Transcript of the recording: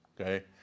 Okay